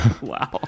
Wow